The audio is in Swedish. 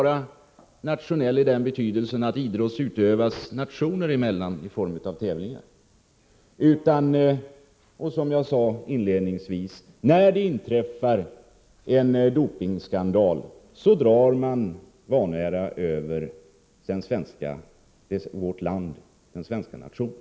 Frågan är nationell inte bara därför att idrott utövas nationer emellan utan också därför — som jag sade inledningsvis — att när en dopingskandal inträffar, drar den vanära över den svenska nationen.